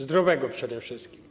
Zdrowego przede wszystkim.